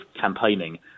campaigning